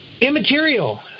immaterial